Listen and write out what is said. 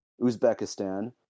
Uzbekistan